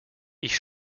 ich